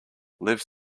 lives